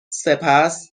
سپس